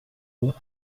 will